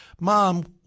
mom